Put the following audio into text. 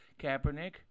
Kaepernick